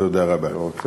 תודה רבה.